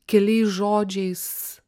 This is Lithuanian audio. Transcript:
keliais žodžiais